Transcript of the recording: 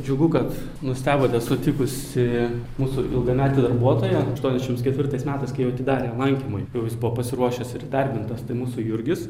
džiugu kad nustebote sutikusi mūsų ilgametį darbuotoją aštuoniasdešim kevirtais metais kai jau atidarė lankymui jau jis buvo pasiruošęs ir įdarbintas tai mūsų jurgis